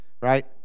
right